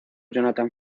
jonathan